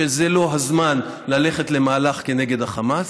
שזה לא הזמן ללכת למהלך כנגד החמאס.